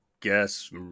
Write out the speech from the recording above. guess